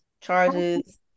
charges